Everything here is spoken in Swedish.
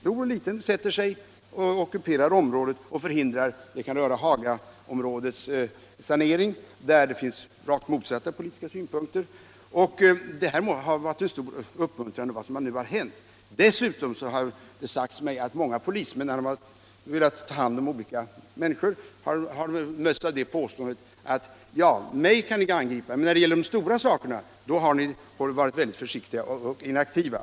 Nu kan ju en stor eller liten grupp få den uppfattningen att det i framtiden är fritt fram för att ockupera ett område och förhindra genomförandet av ett beslut. Dessutom har det sagts mig att många polismän, när de velat ta hand om olika människor, mötts av kommentaren: Ja, mig kan ni gripa, men när det gäller de stora sakerna är ni väldigt försiktiga och inaktiva.